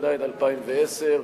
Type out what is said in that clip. התש"ע 2010,